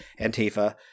Antifa